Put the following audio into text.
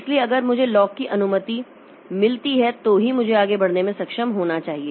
इसलिए अगर मुझे लॉक की अनुमति मिलती है तो ही मुझे आगे बढ़ने में सक्षम होना चाहिए